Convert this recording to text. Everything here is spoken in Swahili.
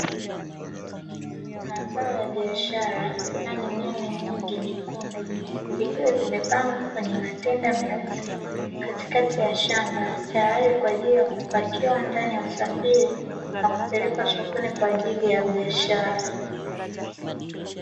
Mazao ya biashara kama yanya nyingi nyekundu zikiwa zimepagwa kwenye matega meusi katikati ya shamba tayari kwaajili ya kupakiwa ndani ya usafiri na kupelekwa sokoni kwaajili ya biashara.